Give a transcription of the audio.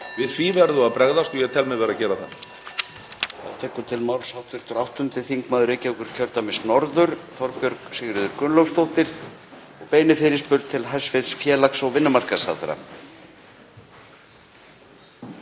Við því verðum við að bregðast og ég tel mig vera að gera það.